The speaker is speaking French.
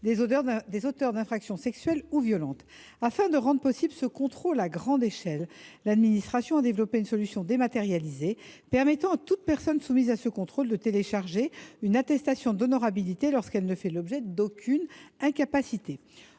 des auteurs d’infractions sexuelles ou violentes (Fijais). Afin de rendre possible ce contrôle à grande échelle, l’administration a développé une solution dématérialisée permettant à toute personne concernée de télécharger une attestation d’honorabilité lorsqu’elle ne fait l’objet d’aucune incapacité.